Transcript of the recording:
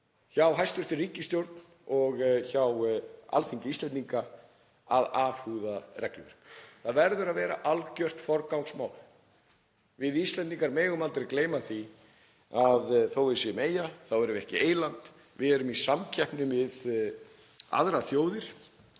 hjá hæstv. ríkisstjórn og hjá Alþingi Íslendinga að afhúða regluverk. Það verður að vera algjört forgangsmál. Við Íslendingar megum aldrei gleyma því að þótt við séum eyja erum við ekki eyland. Við erum í samkeppni við aðrar þjóðir